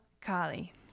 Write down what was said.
Kali